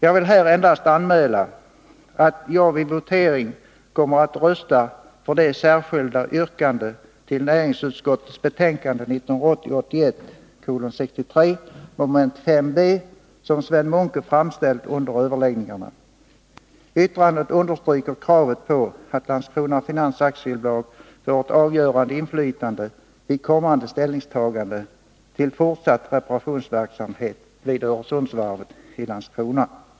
Jag vill endast anmäla att jag vid voteringen kommer att rösta för det särskilda yrkande till näringsutskottets betänkande 1980/81:63 mom. 5 b som Sven Munke har framställt under överläggningarna. Yrkandet understryker kravet på att Landskrona Finans AB får ett avgörande inflytande vid kommande ställningstagande till fortsatt reparationsverksamhet vid Öresundsvarvet i Landskrona.